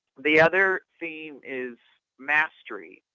the other theme is mastery.